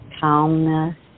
calmness